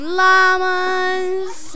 llamas